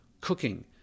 cooking